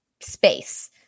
space